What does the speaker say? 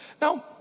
Now